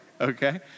Okay